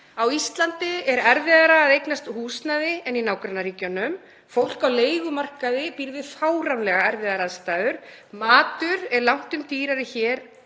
Á Íslandi er erfiðara að eignast húsnæði en í nágrannaríkjunum. Fólk á leigumarkaði býr við fáránlega erfiðar aðstæður. Matur er langtum dýrari hér